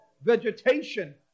vegetation